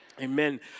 Amen